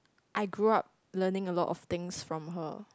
I grew up learning a lot of things from her